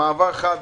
במעבר חד,